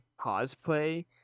cosplay